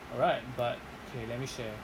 but right but okay let me share